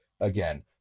again